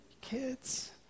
Kids